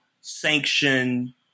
sanction